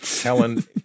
Helen